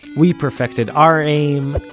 we perfected our aim,